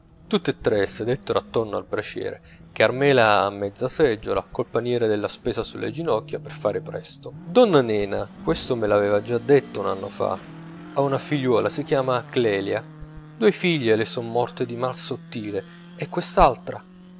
e tre sedettero attorno al braciere carmela a mezza seggiola col paniere della spesa sulle ginocchia per far presto donna nena questo me l'aveva già detto un anno fa ha una figliuola si chiama clelia due figlie le son morte di mal sottile e quest'altra